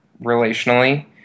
relationally